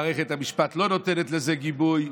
מערכת המשפט לא נותנת לזה גיבוי,